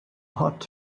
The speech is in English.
hot